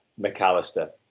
McAllister